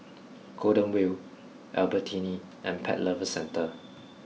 Golden Wheel Albertini and Pet Lovers Centre